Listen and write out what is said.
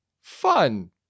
fun